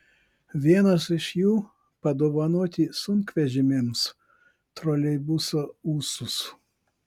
vienas iš jų padovanoti sunkvežimiams troleibuso ūsus